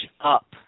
up